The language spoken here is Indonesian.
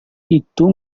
itu